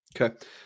Okay